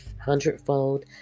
hundredfold